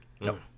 No